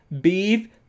beef